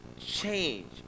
change